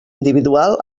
individual